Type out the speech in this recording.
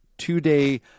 two-day